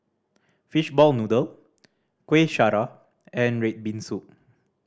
fishball noodle Kueh Syara and red bean soup